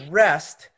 rest